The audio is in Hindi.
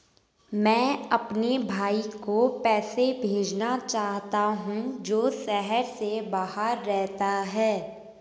मैं अपने भाई को पैसे भेजना चाहता हूँ जो शहर से बाहर रहता है